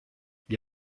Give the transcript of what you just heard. gli